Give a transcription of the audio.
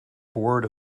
board